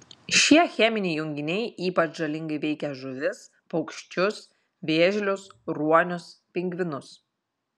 šie cheminiai junginiai ypač žalingai veikia žuvis paukščius vėžlius ruonius pingvinus